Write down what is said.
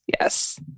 Yes